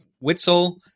Witzel